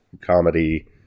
comedy